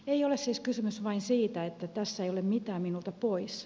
ei ole siis kysymys vain siitä että tässä ei ole mitään minulta pois